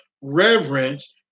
reverence